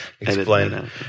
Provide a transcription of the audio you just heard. explain